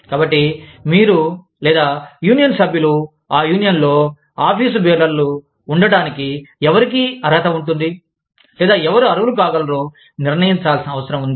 కాబట్టి మీరు లేదా యూనియన్ సభ్యులు ఆ యూనియన్లో ఆఫీసు బేరర్లు వుండటానికి ఎవరికి అర్హత వుంది లేదా ఎవరు అర్హులు కాగలరో నిర్ణయించాల్సిన అవసరం ఉంది